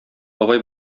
бабай